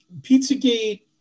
Pizzagate